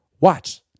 watch